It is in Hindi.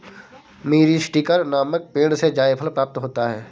मीरीस्टिकर नामक पेड़ से जायफल प्राप्त होता है